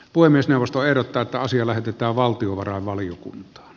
puhemiesneuvosto ehdottaa että asia lähetetään valtiovarainvaliokunta